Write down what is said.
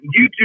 YouTube